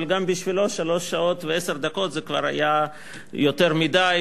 אבל גם בשבילו שלוש שעות ועשר דקות זה כבר היה יותר מדי,